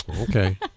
Okay